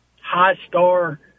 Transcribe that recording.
high-star